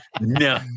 No